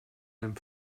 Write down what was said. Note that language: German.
einem